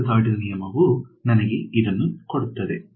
3 point trapezoidal ನಿಯಮವು ಅನ್ನು ನನಗೆ ನೀಡುತ್ತದೆ